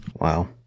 Wow